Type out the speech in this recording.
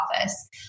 office